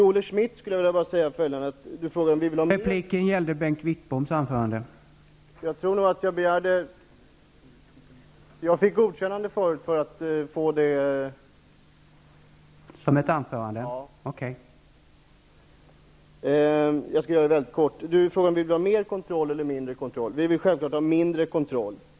Olle Schmidt frågar om vi vill ha mer eller mindre kontroll. Vi vill självfallet ha mindre kontroll.